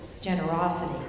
generosity